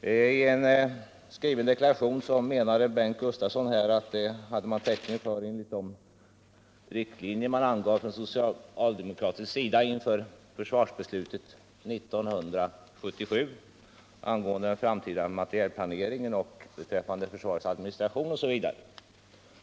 I en skriven deklaration menade Bengt Gustavsson att man hade täckning för sänkningen enligt de riktlinjer som man angav från socialdemokratisk sida inför försvarsbeslutet 1977 angående den framtida materielplaneringen, försvarets administration osv.